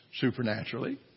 Supernaturally